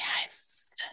yes